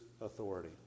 authority